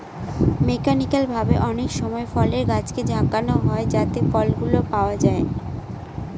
mechanical ভাবে অনেকসময় ফলের গাছকে ঝাঁকানো হয় যাতে ফলগুলো পাওয়া যায়